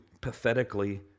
pathetically